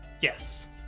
Yes